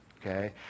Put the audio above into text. Okay